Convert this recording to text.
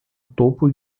topo